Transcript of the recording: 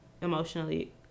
emotionally